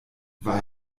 war